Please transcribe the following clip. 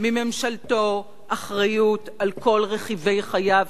מממשלתו אחריות לכל רכיבי חייו,